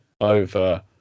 over